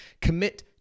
commit